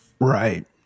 Right